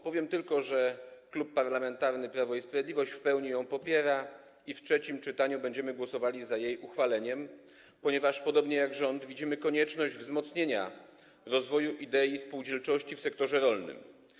Powiem tylko, że Klub Parlamentarny Prawo i Sprawiedliwość w pełni ją popiera i w trzecim czytaniu będziemy głosowali za jej uchwaleniem, ponieważ podobnie jak rząd widzimy konieczność wzmocnienia rozwoju idei spółdzielczości w sektorze rolnym.